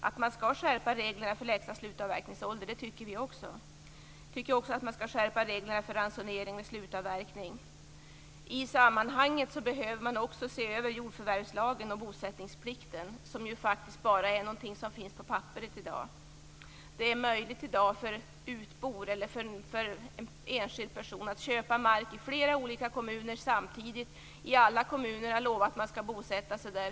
Att man skall skärpa reglerna för lägsta slutavverkningsålder tycker vi också. Vi tycker också att man skall skärpa reglerna för ransonering med slutavverkning. I sammanhanget behöver man också se över jordförvärvslagen och bosättningsplikten, som ju faktiskt bara är någonting som finns på papperet i dag. I dag är det möjligt för en enskild person att samtidigt köpa mark i flera olika kommuner med löfte om att bosätta sig där.